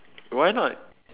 why not